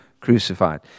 crucified